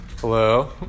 Hello